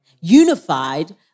unified